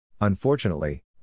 Unfortunately